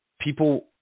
people